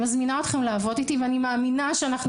אני מזמינה אתכם לעבוד איתי ואני מאמינה שאנחנו